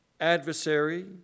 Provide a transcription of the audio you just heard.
Adversary